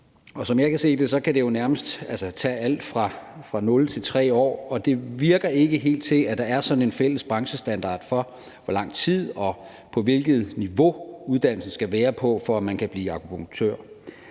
som jeg ser det, kan det jo nærmest tage alt fra 0 til 3 år, og det virker ikke helt til, at der er sådan en fælles branchestandard for, hvor lang tid og hvilket niveau uddannelsen skal være på, for at man kan blive akupunktør.